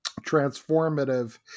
transformative